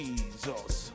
Jesus